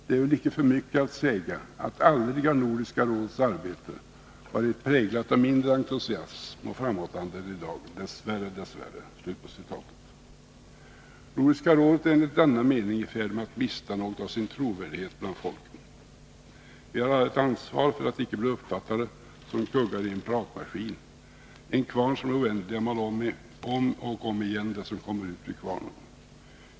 ”Det är väl icke för mycket att säga att aldrig har Nordiska rådets arbete varit präglat av mindre entusiasm och framåtanda än i dag, dess värre, dess värre.” Nordiska rådet är enligt denna mening i färd med att mista något av sin trovärdighet bland folken. Vi har alla ett ansvar för att icke bli uppfattade som kuggar i en pratmaskin, en kvarn som i det oändliga mal om igen det som kommer ut ur kvarnen.